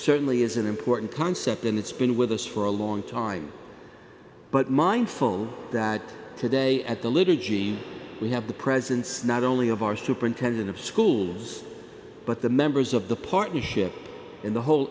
certainly is an important concept that it's been with us for a long time but mindful that today at the liturgy we have the presence not only of our superintendent of schools but the members of the partnership in the whole